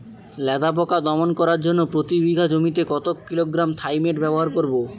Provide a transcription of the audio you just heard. লেদা পোকা দমন করার জন্য প্রতি বিঘা জমিতে কত কিলোগ্রাম থাইমেট ব্যবহার করব?